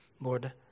Lord